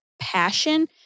passion—